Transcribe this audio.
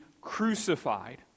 Crucified